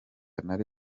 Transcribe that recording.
nari